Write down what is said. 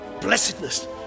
blessedness